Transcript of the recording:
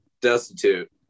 destitute